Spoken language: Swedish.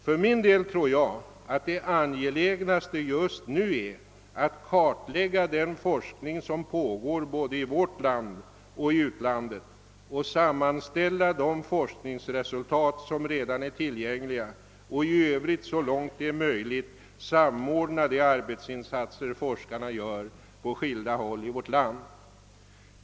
För min del tror jag att det angelägnaste just nu är att kartlägga den forskning som pågår både i vårt land och i utlandet och att sammanställa de forskningsresultat som redan är tillgängliga och i övrigt så långt som möjligt samordna de arbetsinsatser forskarna gör på skilda håll i vårt land.